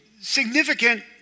significant